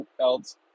else